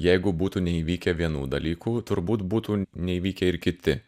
jeigu būtų neįvykę vienų dalykų turbūt būtų neįvykę ir kiti